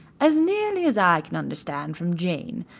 as nearly as i can understand from jane,